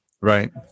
Right